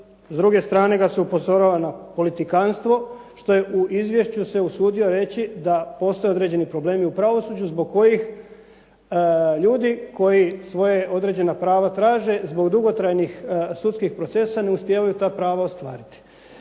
s druge strane ga se upozorava na politikanstvo, što je u izvješću se usudio reći da postoje određeni problemi u pravosuđu zbog kojih ljudi koji svoje određena prava traže, zbog dugotrajnih sudskih procesa ne uspijevaju ta prava ostvariti.